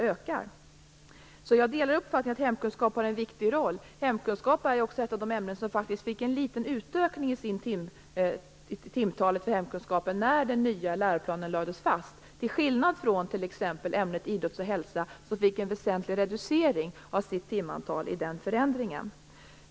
Jag delar alltså uppfattningen att hemkunskap har en viktig roll. Hemkunskap är också ett av det ämnen som faktiskt fick en liten utökning i sitt timtal när den nya läroplanen lades fast, t.ex. till skillnad från ämnet idrott och hälsa, som fick en väsentlig reducering av sitt timantal.